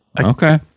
okay